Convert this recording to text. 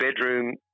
bedroom